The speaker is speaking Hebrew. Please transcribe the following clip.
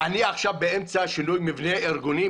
אני עכשיו באמצע שינוי מבנה ארגוני.